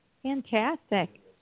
fantastic